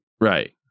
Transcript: Right